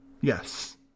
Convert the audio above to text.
Yes